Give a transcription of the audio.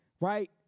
right